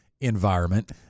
environment